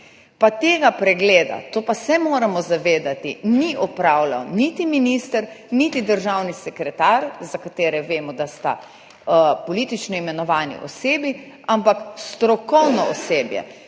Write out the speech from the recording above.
Tega pregleda, to pa se moramo zavedati, ni opravljal niti minister niti državni sekretar, za katera vemo, da sta politično imenovani osebi, ampak strokovno osebje,